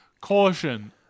Caution